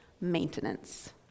maintenance